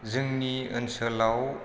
जोंनि ओनसोलाव